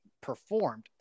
performed